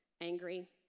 Angry